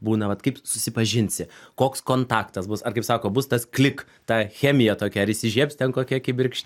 būna vat kaip susipažinsi koks kontaktas bus ar kaip sako bus tas klik ta chemija tokia ar įsižiebs ten kokia kibirkš